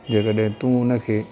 जे कॾहिं तूं उनखे